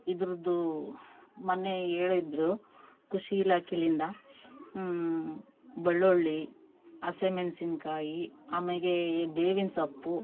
ಇದ್ರದೂ ಮೊನ್ನೆ ಹೇಳಿದ್ರು ಖುಷಿ ಇಲಾಖೆಲಿಂದ ಬಳ್ಳೊಳ್ಳಿ ಹಸಿಮೆಣ್ಶಿನ್ಕಾಯಿ ಆಮ್ಯಾಗೇ ಈ ಬೇವಿನ್ ಸೊಪ್ಪು